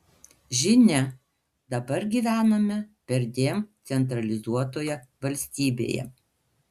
žinia dabar gyvename perdėm centralizuotoje valstybėje